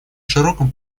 широком